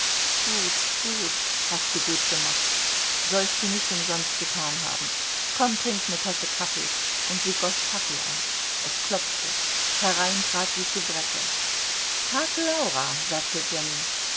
gut gut hast du gut gemacht sollst du nicht umsonst getan haben komm trink'ne tasse kaffee und sie goß kaffee ein es klopfte herein trat die soubrette tag laura sagte jenny